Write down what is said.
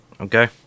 Okay